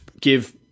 give